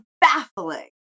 baffling